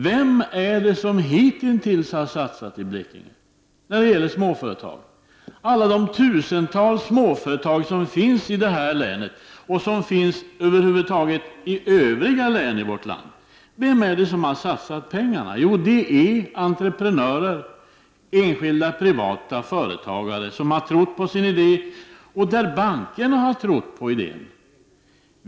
Vem är det som hitintills har satsat på småföretagen, alla de tusentals småföretag som finns i Blekinge och över huvud taget i vårt land? Jo, det är entreprenörer, enskilda privata företagare som har trott på sin idé och där bankerna har trott på idén.